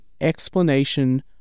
explanation